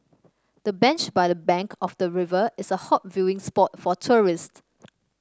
the bench by the bank of the river is a hot viewing spot for tourists